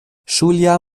schuljahr